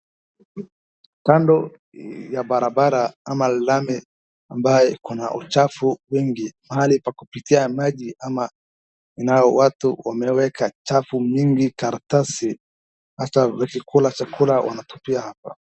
Kando ya barabara ama lami ambayo iko na uchafu mingi mahali pa kupitia maji ama inao watu wameweka chafu mingi karatasi hata wakikula chakula wanatupia hapa.